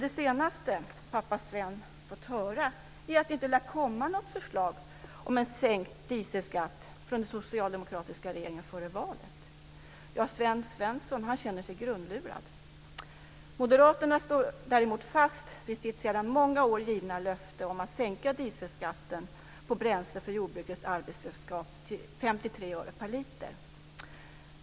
Det senaste som pappa Sven har hört är det inte lär komma något förslag om sänkt dieselskatt från den socialdemokratiska regeringen före valet. Sven Svensson känner sig grundlurad. Moderaterna står däremot fast vid sitt sedan många år givna löfte om att sänka dieselskatten på bränsle för jordbrukets arbetsredskap till 53 öre per liter.